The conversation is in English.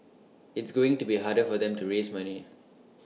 it's going to be harder for them to raise money